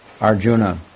Arjuna